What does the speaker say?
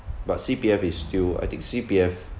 but C_P_F is still I think C_P_F